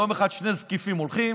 יום אחד שני זקיפים הולכים